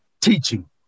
teaching